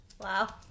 Wow